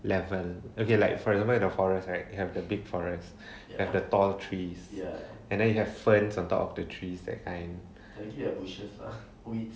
eleven okay like for example the forest right you have the big forest you have the tall trees and then you have ferns on top of the trees that kind